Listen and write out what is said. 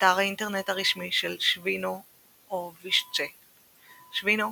אתר האינטרנט הרשמי של שווינואוישצ'ה "שווינואוישצ'ה",